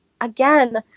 again